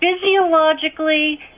physiologically